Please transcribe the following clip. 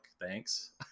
thanks